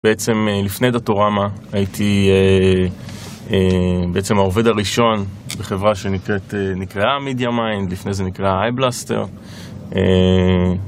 בעצם לפני Datorama הייתי בעצם העובד הראשון בחברה שנקראה media mind, לפני זה נקראה eyeblastet